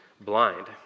blind